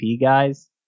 guys